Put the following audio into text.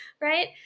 right